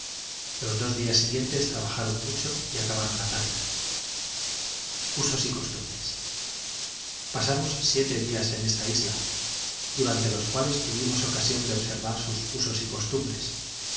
los dos días siguientes trabajaron mucho y acabaron la tarea usos y costumbres pasamos siete días en esta isla durante los cuales tuvimos ocasión de observar sus usos y costumbres